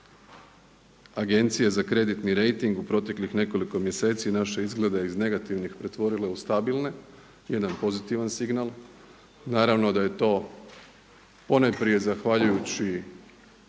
agencije za kreditni rejting u proteklih nekoliko mjeseci naše izglede iz negativnih pretvorile u stabilne, jedan pozitivan signal. Naravno da je to ponajprije zahvaljujući